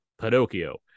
Pinocchio